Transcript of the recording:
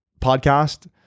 podcast